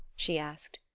she asked,